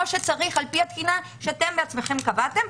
שצריך על פי התקינה שאתם בעצמכם קבעתם.